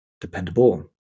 dependable